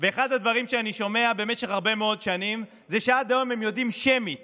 ואחד הדברים שאני שומע במשך הרבה מאוד שנים זה שעד היום הם יודעים שמית